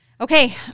Okay